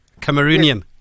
Cameroonian